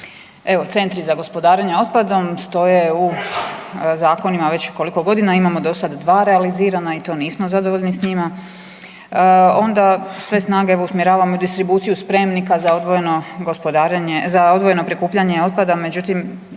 Evo, centri za gospodarenje otpadom stoje u zakonima već koliko godinama. Imamo do sada dva realizirana i to nismo zadovoljni s njima. Onda sve snage evo usmjeravamo u distribuciju spremnika za odvojeno prikupljanje otpada. Međutim,